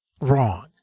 Wrong